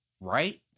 right